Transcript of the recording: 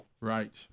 Right